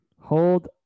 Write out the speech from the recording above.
Hold